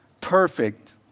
perfect